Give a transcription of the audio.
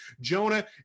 Jonah